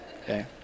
Okay